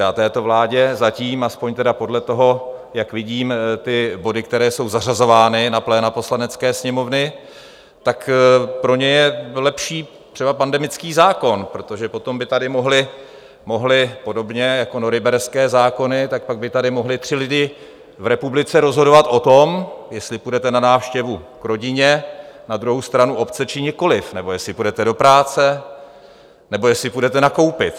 A této vládě zatím... aspoň podle toho, jak vidím ty body, které jsou zařazovány na pléna Poslanecké sněmovny, tak pro ně je lepší třeba pandemický zákon, protože potom by tady mohli podobně jako norimberské zákony tak pak by tady mohli tři lidi v republice rozhodovat o tom, jestli půjdete na návštěvu k rodině na druhou stranu obce, či nikoliv, nebo jestli půjdete do práce, nebo jestli půjdete nakoupit.